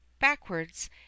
backwards